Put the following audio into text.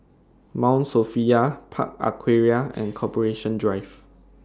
Mount Sophia Park Aquaria and Corporation Drive